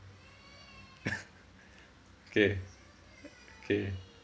okay okay